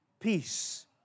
peace